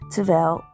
Terwijl